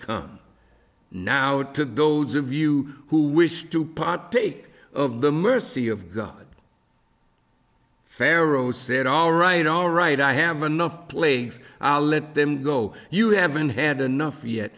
come now to those of you who wish to partake of the mercy of god pharaoh said all right all right i have enough plagues i'll let them go you haven't had enough yet